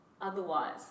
otherwise